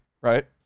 right